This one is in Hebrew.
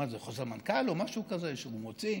בחוזר מנכ"ל או משהו כזה שהוא מוציא,